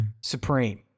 supreme